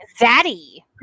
Daddy